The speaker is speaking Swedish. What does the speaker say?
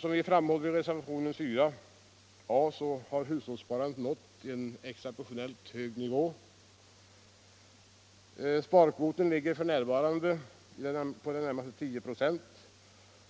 Som vi framhåller i reservationen 4 A, har hushållssparandet nått en exeptionellt hög nivå. Sparkvoten ligger f. n. på i det närmaste 10 "6.